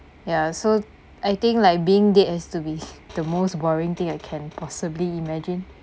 ya so I think like being dead has to be the most boring thing I can possibly imagine